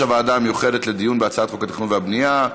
הוועדה המיוחדת לדיון בהצעת חוק התכנון והבנייה,